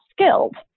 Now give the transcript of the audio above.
skilled